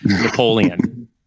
Napoleon